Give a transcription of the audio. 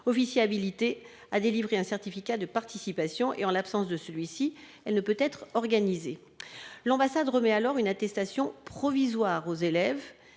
officier habilité à délivrer un certificat de participation. En l'absence de celui-ci, elle ne peut donc être organisée. L'ambassade remet alors une attestation provisoire aux élèves,